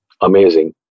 Amazing